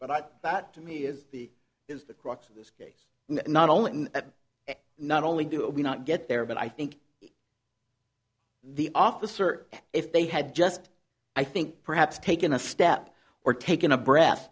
thought that to me is the is the crux of this case not only that not only do we not get there but i think the officer if they had just i think perhaps taken a step or taken a breath